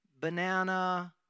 banana